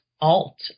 alt